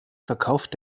verkauft